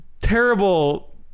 terrible